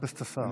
מחפש את השר.